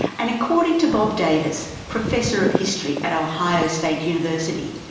and according to bob davis, professor of history at ohio state university,